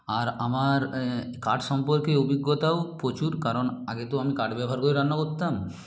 আর আমার কাঠ সম্পর্কে অভিজ্ঞতাও প্রচুর কারণ আগে তো আমি কাঠ ব্যবহার করে রান্না করতাম